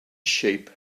sheep